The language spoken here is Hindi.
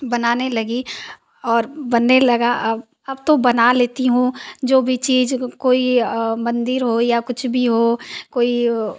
बनाने बनी और बनने लगा अब तो बना लेती हूँ जो भी चीज़ कोई मंदिर हो या कुछ भी हो कोई